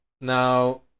Now